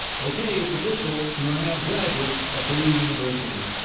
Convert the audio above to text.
ok, it's official. you are now graduates of purdue university.